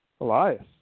Elias